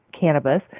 cannabis